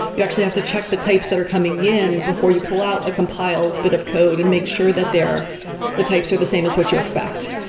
you actually have to check the types that are coming in before you pull out a compiled bit of code and make sure that they're the types the same as what you expect.